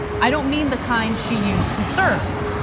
i don't mean the kind she used to serve.